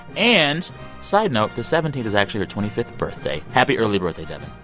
and side note the seventeenth is actually her twenty fifth birthday. happy early birthday, devin.